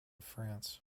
france